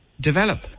develop